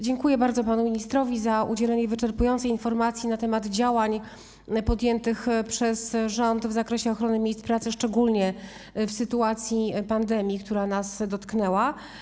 Dziękuję bardzo panu ministrowi za udzielenie wyczerpującej informacji na temat działań podjętych przez rząd w zakresie ochrony miejsc pracy, szczególnie w sytuacji pandemii, która nas dotknęła.